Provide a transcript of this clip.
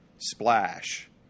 Splash